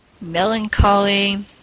melancholy